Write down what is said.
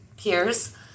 peers